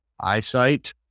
eyesight